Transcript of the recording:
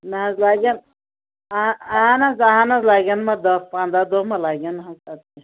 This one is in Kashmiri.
مےٚ حظ لگن اہن حظ اہن حظ لگن ما دہ پَنٛداہ دۄہ مہ لگن حظ ادٕکیاہ